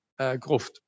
Gruft